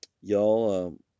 y'all